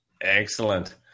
Excellent